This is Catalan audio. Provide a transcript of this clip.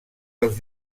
dels